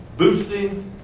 Boosting